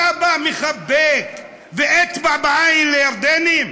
אתה בא, מחבק, ואצבע בעין לירדנים?